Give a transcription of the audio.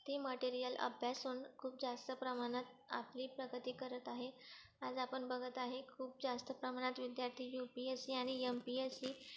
ते मटेरियल अभ्यासून खूप जास्त प्रमाणात आपली प्रगती करत आहे आज आपण बघत आहे खूप जास्त प्रमाणात विद्यार्थी यू पी ए सी आणि एम पी ए सी